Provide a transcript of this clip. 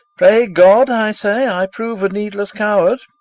pray god, i say, i prove a needless coward.